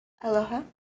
Aloha